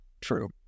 True